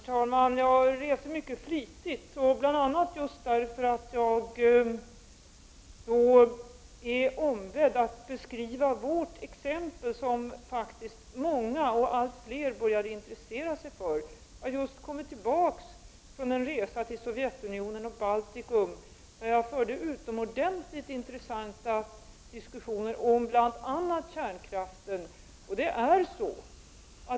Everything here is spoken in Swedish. Herr talman! Jag reser mycket flitigt, bl.a. just därför att jag är ombedd att beskriva vårt exempel som faktiskt allt fler — och det rör sig om många — börjar intressera sig för. Jag har just kommit tillbaka efter att ha gjort en resa till Sovjetunionen och Baltikum, där jag förde utomordentligt intressanta diskussioner om bl.a. kärnkraften.